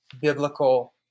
biblical